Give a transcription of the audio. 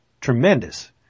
Tremendous